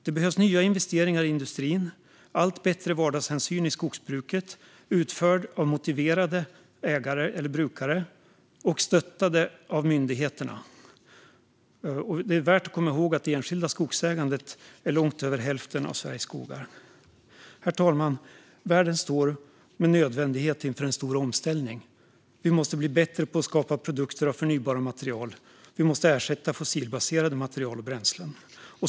Det behövs nya investeringar i industrin och allt bättre vardagshänsyn i skogsbruket, som utförs av motiverade ägare eller brukare som stöttas myndigheterna. Det är värt att komma ihåg att långt över hälften av Sveriges skogar ägs av enskilda skogsägare. Herr talman! Världen står med nödvändighet inför en stor omställning. Vi måste bli bättre på att skapa produkter av förnybara material, och vi måste ersätta fossilbaserade material och bränslen.